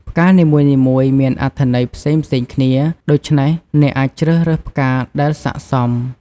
ផ្កានីមួយៗមានអត្ថន័យផ្សេងៗគ្នា ដូច្នេះអ្នកអាចជ្រើសរើសផ្កាដែលសក្តិសម។